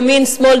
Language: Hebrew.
ימין שמאל,